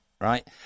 right